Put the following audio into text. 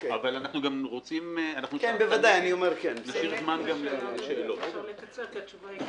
אבל אנחנו בשאיפה להשאיר זמן לשאלות.